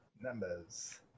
Numbers